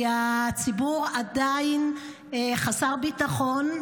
כי הציבור עדיין חסר ביטחון,